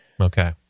Okay